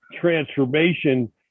transformation